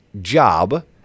job